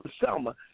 Selma